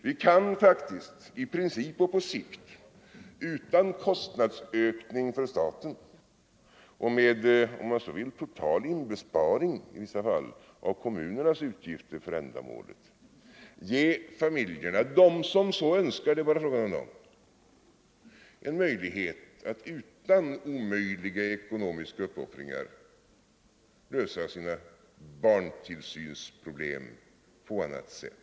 Vi kan faktiskt i princip och på sikt utan kostnadsökning för staten samt med om man så vill total inbesparing i vissa fall av kommunernas utgifter för ändamålet ge de familjer som så önskar — det är bara fråga om dem — en möjlighet att utan stora ekonomiska uppoffringar lösa sina barntillsynsproblem på annat sätt.